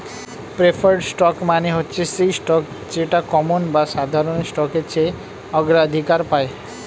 preferred stock মানে হচ্ছে সেই স্টক যেটা কমন বা সাধারণ স্টকের চেয়ে অগ্রাধিকার পায়